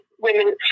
women